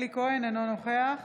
אינו נוכח